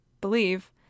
believe